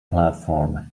platform